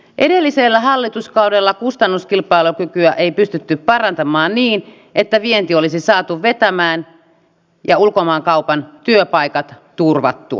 edellisellä hallituskaudella kustannuskilpailukykyä ei pystytty parantamaan niin että vienti olisi saatu vetämään ja ulkomaankaupan työpaikat turvattua